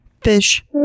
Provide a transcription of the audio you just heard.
fish